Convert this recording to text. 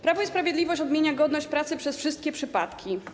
Prawo i Sprawiedliwość odmienia godność pracy przez wszystkie przypadki.